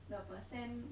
the percent